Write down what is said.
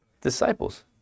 Disciples